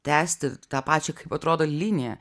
tęsti tą pačią kaip atrodo liniją